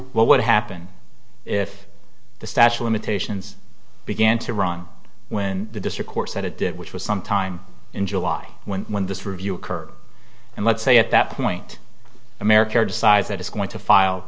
what would happen if the statue limitations began to run when the district court said it did which was sometime in july when when this review occurred and let's say at that point america decides that it's going to file